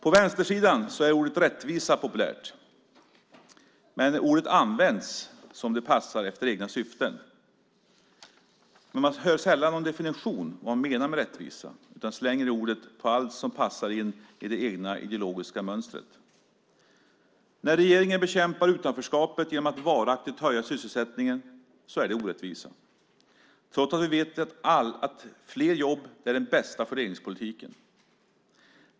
På vänstersidan är ordet rättvisa populärt. Men ordet används som det passar efter egna syften. Det hörs sällan någon definition av vad man menar med rättvisa, utan man slänger dit ordet på allt som passar in i det egna ideologiska mönstret. När regeringen bekämpar utanförskapet genom att varaktigt höja sysselsättningen är det orättvisa, trots att vi alla vet att fler jobb är den bästa fördelningspolitiken.